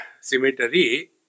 cemetery